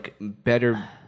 better